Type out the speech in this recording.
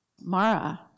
Mara